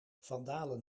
vandalen